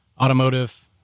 automotive